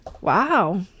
wow